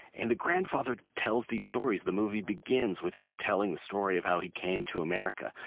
and the grandfather tells these stories. the movie begins with him telling the story of how he came to america.